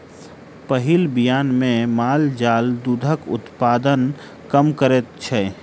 पहिल बियान मे माल जाल दूधक उत्पादन कम करैत छै